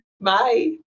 Bye